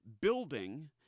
building